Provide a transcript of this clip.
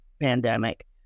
pandemic